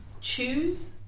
choose